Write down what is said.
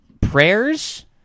prayers